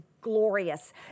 glorious